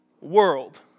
world